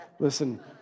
Listen